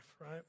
right